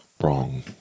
wrong